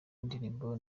indirimbo